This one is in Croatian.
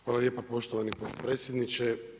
Hvala lijepo poštovani potpredsjedniče.